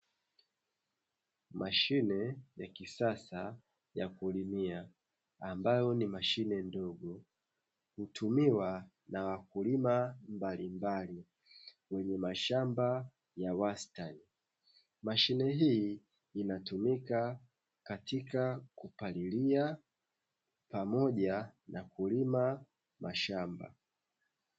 Mashine ya kisasa ya kulimia, ambayo ni mashine ndogo, hutumiwa na wakulima mbalimbali, wenye mashamba ya wastani. Mashine hii inatumika katika kupalilia pamoja na kulima mashamba.